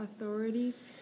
authorities